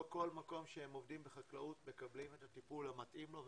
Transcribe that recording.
לא כל מקום שהם עובדים בחקלאות מקבלים את המתאים להם,